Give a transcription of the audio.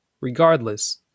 Regardless